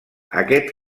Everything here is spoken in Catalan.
aquest